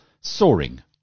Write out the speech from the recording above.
soaring